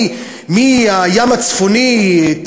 מהים הצפוני,